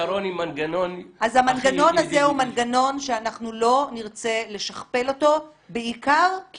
אז המנגנון הזה הוא מנגנון שאנחנו לא נרצה לשכפל אותו בעיקר כי